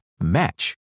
match